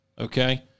okay